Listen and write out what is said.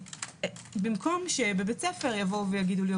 במקום שבבית ספר יגידו לי,